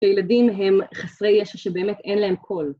‫שילדים הם חסרי ישע ‫שבאמת אין להם קול.